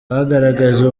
bagaragaje